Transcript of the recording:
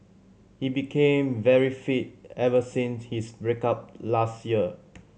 he became very fit ever since his break up last year